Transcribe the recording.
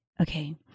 Okay